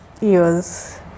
years